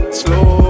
slow